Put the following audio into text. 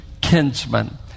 kinsman